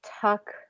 Tuck